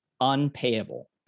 unpayable